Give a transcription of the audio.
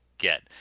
get